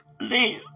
Leave